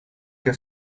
que